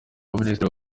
baminisitiri